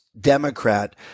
Democrat